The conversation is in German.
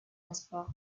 ausbrach